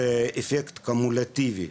זה אפקט קומולטיבי,